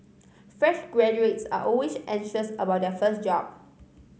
fresh graduates are always anxious about their first job